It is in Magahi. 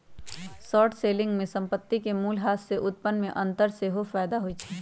शॉर्ट सेलिंग में संपत्ति के मूल्यह्रास से उत्पन्न में अंतर सेहेय फयदा होइ छइ